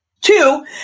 Two